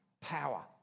Power